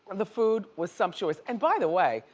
the food was sumptuous. and, by the way,